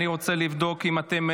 אני רוצה לבדוק אם אתם,